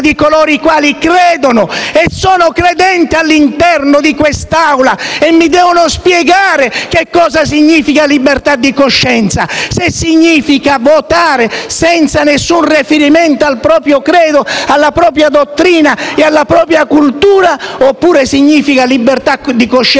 di coloro i quali credono e sono credenti all'interno di quest'Aula e mi devono spiegare che cosa significa libertà di coscienza: significa votare senza alcun riferimento al proprio credo, alla propria dottrina ed alla propria cultura, oppure significa votare in